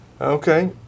Okay